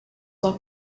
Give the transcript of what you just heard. while